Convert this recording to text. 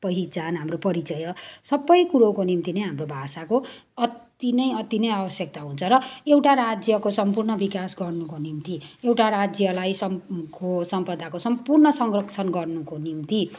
पहिचान हाम्रो परिचय सबै कुरोको निम्ति नै हाम्रो भाषाको अति नै अति नै आवश्यकता हुन्छ र एउटा राज्यको सम्पूर्ण विकास गर्नुको निम्ति एउटा राज्यलाई समको सम्पदाको सम्पूर्ण संरक्षण गर्नुको निम्ति